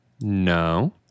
No